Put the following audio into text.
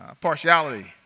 Partiality